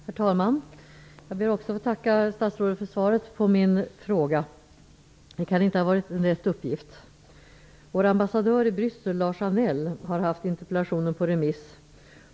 Herr talman! Jag ber också att få tacka statsrådet för svaret på min fråga. Det kan inte ha varit en lätt uppgift. Vår ambassadör i Bryssel, Lars Anell har haft interpellationen på remiss.